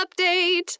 update